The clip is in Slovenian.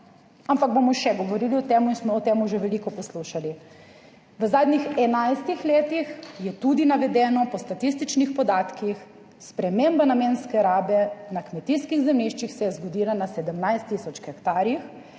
ampak bomo še govorili o tem in smo o tem že veliko poslušali. V zadnjih enajstih letih je tudi navedeno, po statističnih podatkih, sprememba namenske rabe na kmetijskih zemljiščih se je zgodila na 17 tisoč hektarjih